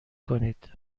کنید